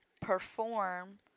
perform